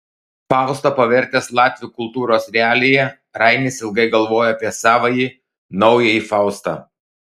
faustą pavertęs latvių kultūros realija rainis ilgai galvojo apie savąjį naująjį faustą